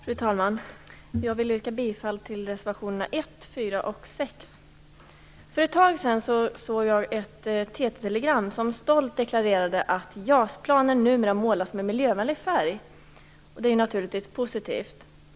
Fru talman! Jag vill yrka bifall till reservationerna För ett tag sedan tog jag del av ett TT-telegram där det stolt deklarerades att JAS-planen numera målas med miljövänlig färg, och det är naturligtvis positivt.